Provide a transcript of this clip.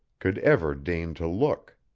could ever deign to look.